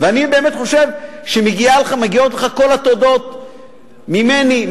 ואני באמת חושב שמגיעות לך כל התודות ממני,